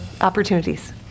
opportunities